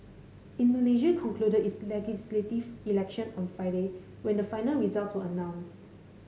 Indonesia concluded its legislative election on Friday when the final results were announced